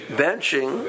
benching